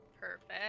Perfect